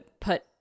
put